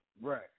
Right